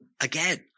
again